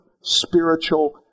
spiritual